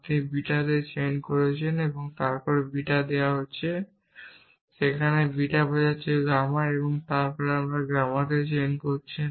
আপনি বিটাতে চেইন করছেন তারপর বিটা দেওয়া হচ্ছে সেখানে বিটা বোঝাচ্ছে গামা তারপর আপনি গামাতে চেইন করছেন